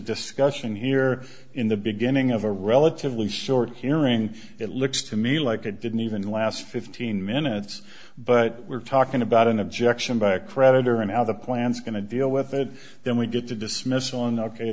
discussion here in the beginning of a relatively short hearing it looks to me like it didn't even last fifteen minutes but we're talking about an objection by a creditor and how the plans are going to deal with it then we get to dismissal and ok